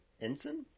ensign